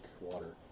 water